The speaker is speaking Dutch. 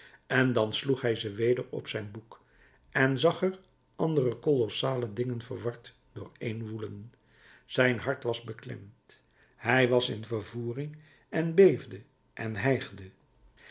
en dan sloeg hij ze weder op zijn boek en zag er andere kolossale dingen verward dooreenwoelen zijn hart was beklemd hij was in vervoering en beefde en hijgde